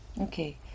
okay